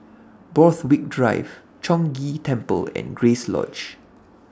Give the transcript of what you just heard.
Borthwick Drive Chong Ghee Temple and Grace Lodge